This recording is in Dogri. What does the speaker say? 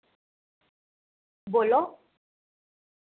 बोल्लो